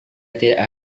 tidak